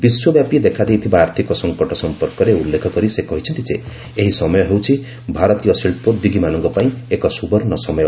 ବିଶ୍ୱବ୍ୟାପୀ ଦେଖାଦେଇଥିବା ଆର୍ଥିକ ସଂକଟ ସମ୍ପର୍କରେ ଉଲ୍ଲେଖ କରି ସେ କହିଛନ୍ତି ଯେ ଏହି ସମୟ ହେଉଛି ଭାରତୀୟ ଶିଳ୍ପଦ୍ୟୋଗୀମାନଙ୍କ ପାଇଁ ଏକ ସୁବର୍ଣ୍ଣ ସମୟ